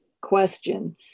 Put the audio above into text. question